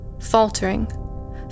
faltering